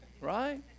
right